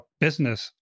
business